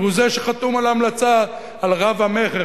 והוא זה שחתום על ההמלצה על רב-המכר,